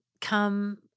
come